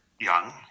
young